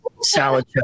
salad